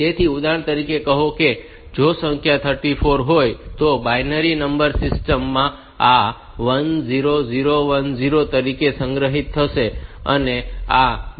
તેથી ઉદાહરણ તરીકે કહો કે જો સંખ્યા 34 હોય તો બાઈનરી નંબર સિસ્ટમ માં આ 10010 તરીકે સંગ્રહિત થશે અને આ બિટ્સ 0 છે